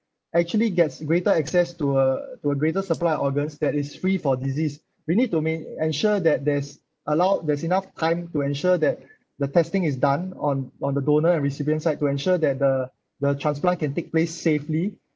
actually gets greater access to a to a greater supply of organs that is free for disease we need to mai~ ensure that there's allo~ there's enough time to ensure that the testing is done on on the donor and recipient side to ensure that the the transplant can take place safely